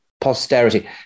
posterity